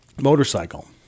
motorcycle